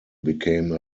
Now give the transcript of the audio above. became